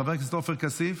חבר הכנסת עופר כסיף,